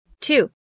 Two